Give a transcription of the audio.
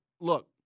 look